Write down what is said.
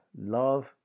love